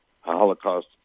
Holocaust